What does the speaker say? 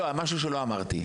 לא, משהו שלא אמרתי.